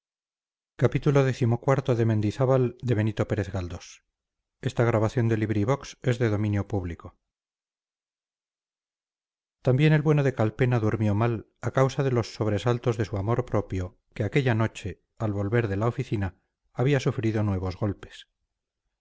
esa maldita guerra también el bueno de calpena durmió mal a causa de los sobresaltos de su amor propio que aquella noche al volver de la oficina había sufrido nuevos golpes